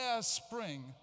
spring